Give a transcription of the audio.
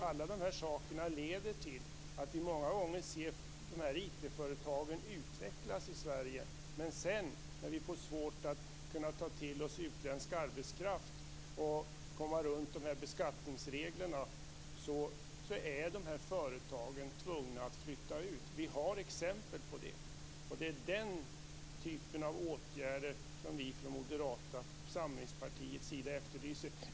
Alla dessa saker leder till att vi många gånger ser IT-företag utvecklas i Sverige, men när de sedan får svårt att få tag i utländsk arbetskraft och får svårt att komma runt beskattningsreglerna är dessa företag tvungna att flytta ut. Vi har sett exempel på detta. Det är åtgärder när det gäller det här som vi från Moderata samlingspartiets sida efterlyser.